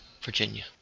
Virginia